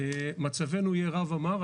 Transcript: מצבנו יהיה רע ומר.